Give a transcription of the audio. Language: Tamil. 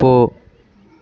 போ